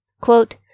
Quote